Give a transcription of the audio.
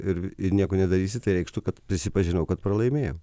ir ir nieko nedarysi tai reikštų kad prisipažinau kad pralaimėjau